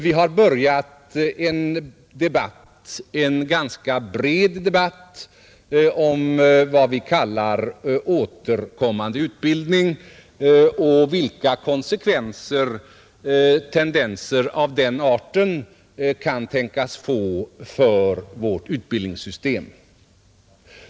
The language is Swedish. Vi har börjat föra en ganska bred debatt om vad vi kallar återkommande utbildning och vilka konsekvenser som tendenser av den arten kan tänkas få för vårt utbildningssystem.